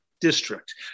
district